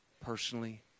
personally